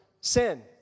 sin